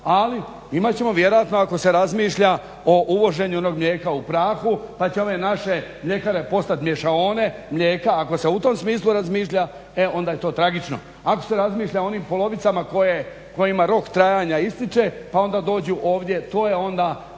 Ali, imat ćemo vjerojatno ako se razmišlja o uvoženju onog mlijeka u prahu pa će ove naše mljekare postati mješaone mlijeka ako se u tom smislu razmišlja e onda je to tragično. Ako se razmišlja o onim polovicama kojima rok trajanja ističe pa onda dođu ovdje, to je onda ono